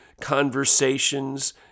conversations